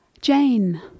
Jane